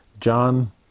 John